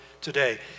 today